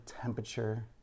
temperature